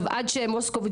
לאורחים.